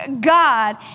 God